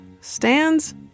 stands